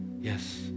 Yes